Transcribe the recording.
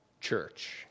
church